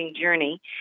journey